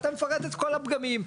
מפרט את כל הפגמים.